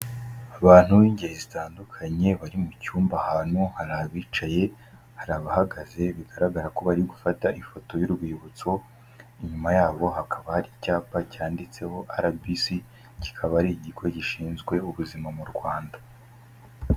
Abantu b'ingeri zitandukanye bari mu cyumba ahantu hari abicaye, hari abahagaze bigaragara ko bari gufata ifoto y'urwibutso, inyuma yabo hakaba hari icyapa cyanditseho RBC, kikaba ari ikigo gishinzwe ubuzima mu Rwanda.